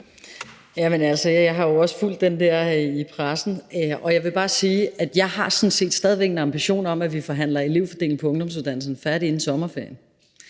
jeg har jo også fulgt det der i pressen, og jeg vil bare sige, at jeg sådan set stadig væk har en ambition om, at vi forhandler elevfordeling på ungdomsuddannelserne færdig inden sommerferien.